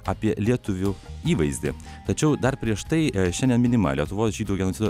apie lietuvių įvaizdį tačiau dar prieš tai šiandien minima lietuvos žydų genocido